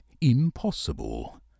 impossible